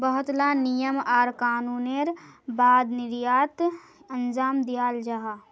बहुत ला नियम आर कानूनेर बाद निर्यात अंजाम दियाल जाहा